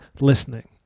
listening